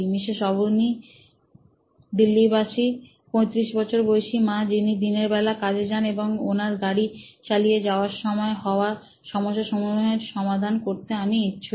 Mrs Abani দিল্লীবাসী 35 বছর বয়সী মা যিনি দিনের বেলা কাজে যান এবং ওনার গাড়ি চালিয়ে যাওয়ার সময় হওয়া সমস্যা সমূহের সমাধান করতে আমি ইচ্ছুক